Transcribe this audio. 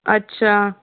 अच्छा